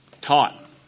taught